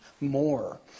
more